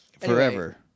Forever